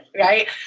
right